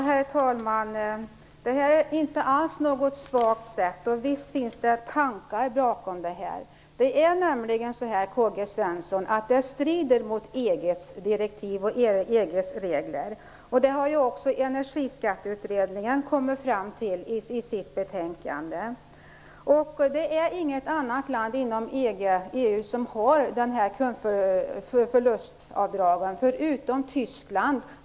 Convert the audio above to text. Herr talman! Detta är inte alls något svagt sätt. Visst finns det tankar bakom förslaget. Det är nämligen så, K-G Svensson, att det strider mot EG:s direktiv och regler. Det har också Energiskatteutredningen kommit fram till i sitt betänkande. Inget annat land inom EU har dessa kundförlustavdrag, förutom Tyskland.